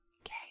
Okay